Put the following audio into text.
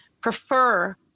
prefer